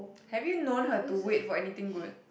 have you known her to wait for anything good